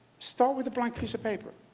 start with a blank piece of paper.